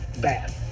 bad